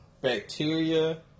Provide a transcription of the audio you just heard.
bacteria